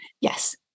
Yes